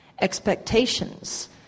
Expectations